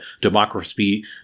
democracy